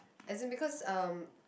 as in because um